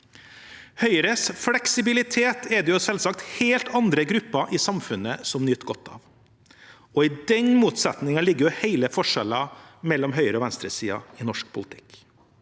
Høyres fleksibilitet er det selvsagt helt andre grupper i samfunnet som nyter godt av, og i den motsetningen ligger hele forskjellen mellom høyresiden og venstresiden i norsk politikk.